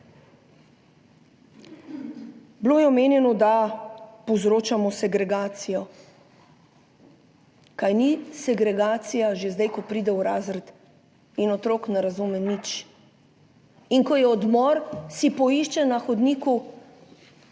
Bilo je omenjeno, da povzročamo segregacijo. Kaj ni segregacija že zdaj, ko pride v razred in otrok ne razume nič. In ko je odmor, si poišče na hodniku